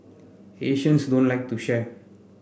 Asians don't like to share